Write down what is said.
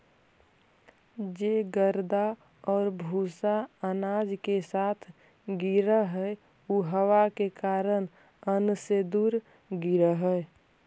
जे गर्दा आउ भूसा अनाज के साथ गिरऽ हइ उ हवा के कारण अन्न से दूर गिरऽ हइ